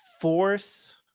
force